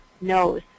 nose